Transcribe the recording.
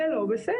זה לא בסדר.